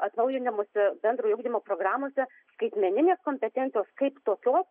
atnaujinamose bendrojo ugdymo programose skaitmeninės kompetencijos kaip tokios